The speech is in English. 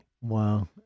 Wow